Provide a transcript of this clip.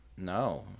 No